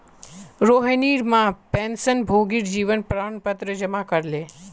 रोहिणीर मां पेंशनभोगीर जीवन प्रमाण पत्र जमा करले